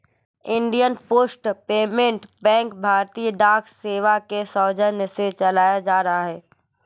Indian Post Payment Bank भारतीय डाक सेवा के सौजन्य से चलाया जा रहा है